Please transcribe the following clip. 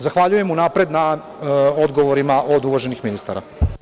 Zahvaljujem unapred na odgovorima od uvaženih ministara.